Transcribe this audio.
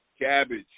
cabbage